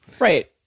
Right